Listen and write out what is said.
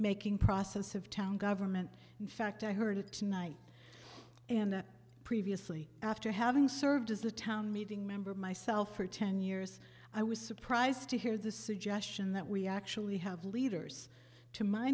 making process of town government in fact i heard it tonight and previously after having served as a town meeting member myself for ten years i was surprised to hear the suggestion that we actually have leaders to my